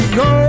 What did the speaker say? go